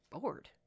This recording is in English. bored